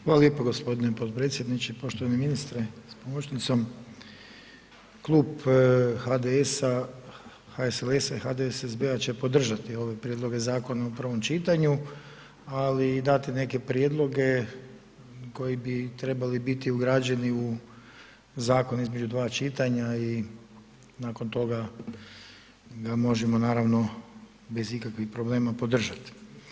Hvala lijepo gospodine potpredsjedniče, poštovani ministre s pomoćnicom, Klub HDS-a, HSLS-a i HDSSB-a će podržati ove prijedloge zakone u prvom čitanju, ali i dati neke prijedloge koji bi trebali biti ugrađeni u zakon između dva čitanja i nakon toga ga možemo naravno, bez ikakvih problema podržati.